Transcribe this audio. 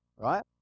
Right